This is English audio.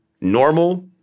normal